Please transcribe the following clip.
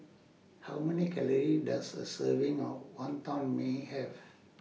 How Many Calories Does A Serving of Wonton Mee Have